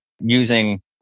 using